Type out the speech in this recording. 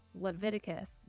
leviticus